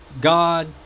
God